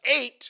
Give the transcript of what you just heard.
eight